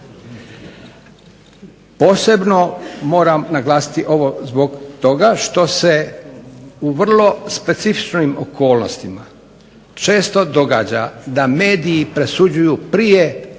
Posebno moram naglasiti ovo zbog toga što se u vrlo specifičnim okolnostima često događa da mediji presuđuju prije